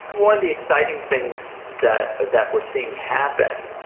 and one of the exciting things that that we're seeing happen